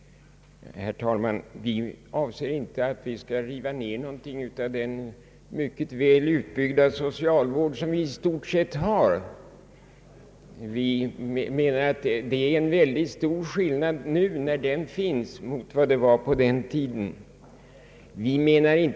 Vi avser inte att riva ner något av den i stort sett mycket väl utbyggda socialvård som vi har. Vi anser att det är stor skillnad mellan dagens förhållanden och de som gällde på fattigvårdslagens tid.